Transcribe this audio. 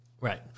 Right